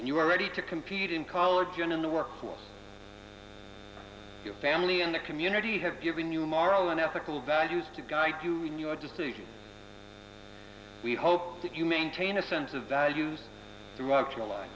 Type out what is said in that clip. and you are ready to compete in college and in the workforce your family and the community have given you moral and ethical values to guy do in your decision we hope that you maintain a sense of values throughout your li